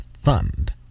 Fund